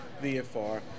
VFR